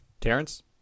Terrence